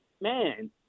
Man